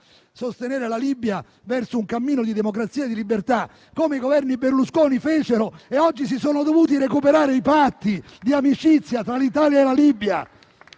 sostenere la Libia verso un cammino di democrazia e di libertà, come fecero i governi Berlusconi (e oggi si sono dovuti recuperare i Patti di amicizia tra l'Italia e la Libia).